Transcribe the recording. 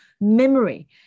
memory